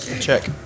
check